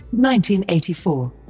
1984